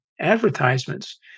advertisements